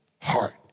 heart